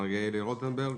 מר יהלי רוטנברג.